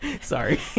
Sorry